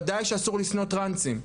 ודאי שאסור לשנוא טרנסים.